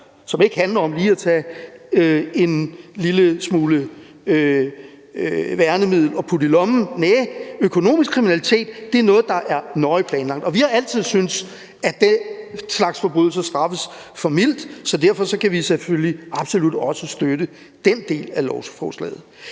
og ikke handler om lige at tage en lille smule værnemiddel og putte i lommen. Næh, økonomisk kriminalitet er noget, der er nøje planlagt. Vi har altid syntes, at den slags forbrydelser straffes for mildt, så derfor kan vi selvfølgelig absolut også støtte den del af lovforslaget.